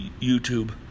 YouTube